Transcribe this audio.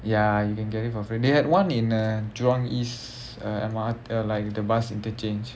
ya you can get it for free they had one in uh jurong east uh M_R uh like the bus interchange